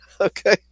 Okay